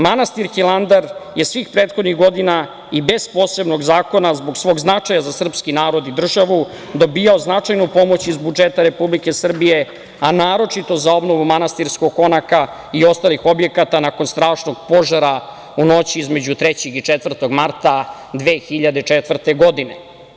Manastir Hilandar je svih prethodnih godina i bez posebnog zakona zbog svog značaj za srpski narod i državu, dobijao značajnu pomoć iz budžeta Republike Srbije, a naročito za obnovu manastirskog konaka i ostalih objekta nakon strašnog požara u noći između 3. i 4. marta 2004. godine.